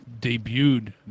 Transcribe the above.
debuted